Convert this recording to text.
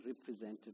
represented